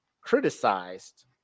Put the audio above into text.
criticized